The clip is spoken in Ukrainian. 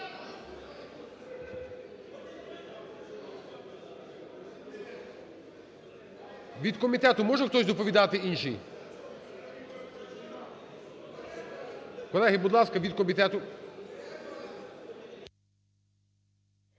Від комітету може хтось доповідати інший? Колеги, будь ласка, від комітету.